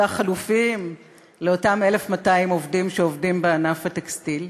חלופיים לאותם 1,200 עובדים שעובדים בענף הטקסטיל.